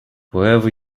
wherever